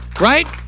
Right